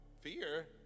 fear